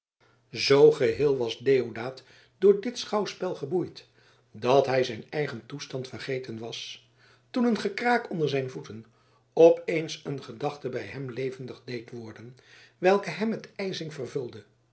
zoo geheel was deodaat door dit schouwspel geboeid dat hij zijn eigen toestand vergeten was toen een gekraak onder zijn voeten opeens een gedachte bij hem levendig deed worden welke hem met ijzing vervulde